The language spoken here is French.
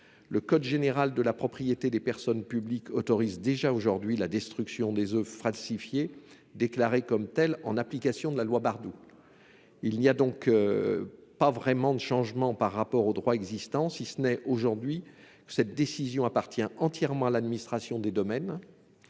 Le code général de la propriété des personnes publiques autorise déjà la destruction des oeuvres falsifiées déclarées comme telles en application de la loi Bardoux. Il n'y a donc pas vraiment de changement par rapport au droit existant, si ce n'est qu'aujourd'hui cette décision appartient entièrement à l'administration des domaines,